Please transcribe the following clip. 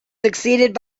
succeeded